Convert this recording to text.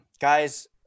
guys